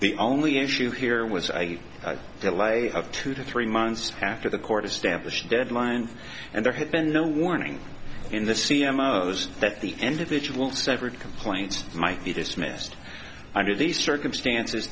the only issue here was a delay of two to three months after the court established deadline and there had been no warning in the c m of those that the individual separate complaints might be dismissed i mean these circumstances